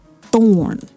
thorn